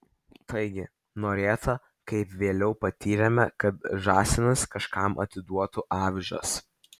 taigi norėta kaip vėliau patyrėme kad žąsinas kažkam atiduotų avižas